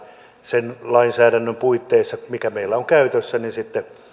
sen lainsäädännön puitteissa mikä meillä on käytössämme